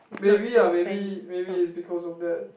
maybe ah maybe maybe it's because of that